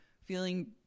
feeling